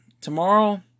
Tomorrow